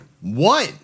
one